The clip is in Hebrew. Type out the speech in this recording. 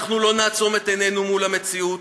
אנחנו לא נעצום את עינינו מול המציאות.